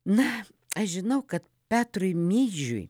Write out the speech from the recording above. na aš žinau kad petrui midžiui